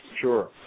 sure